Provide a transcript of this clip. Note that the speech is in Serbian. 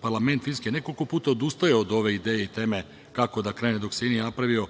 Parlament Finske je nekoliko puta odustao od ove ideje i teme kako da krene dok se nije napravio